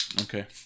okay